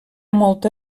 molta